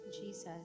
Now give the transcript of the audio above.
Jesus